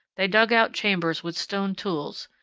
they dug out chambers with stone tools,